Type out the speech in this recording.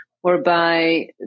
whereby